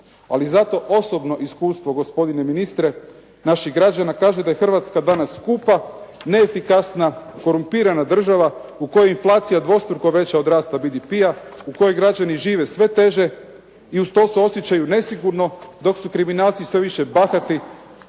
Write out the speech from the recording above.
Ali zato osobno iskustvo gospodine ministre naših građana kaže da je Hrvatska danas skupa, neefikasna, korumpirana država u kojoj je inflacija dvostruko veća od rasta od BDP-a, u kojoj građani žive sve teže i uz to se osjećaju nesigurno dok su kriminalci sve više bahati